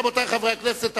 רבותי חברי הכנסת,